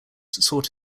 sought